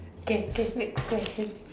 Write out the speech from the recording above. okay okay next question